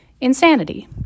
insanity